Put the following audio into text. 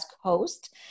host